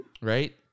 right